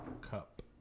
cup